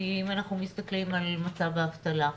כי אם אנחנו מסתכלים על מצב האבטלה,